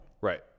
Right